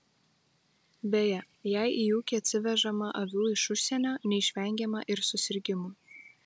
beje jei į ūkį atsivežama avių iš užsienio neišvengiama ir susirgimų